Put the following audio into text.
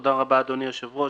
תודה רבה, אדוני היושב-ראש.